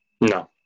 No